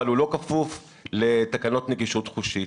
אבל הוא לא כפוף לתקנות נגישות חושית.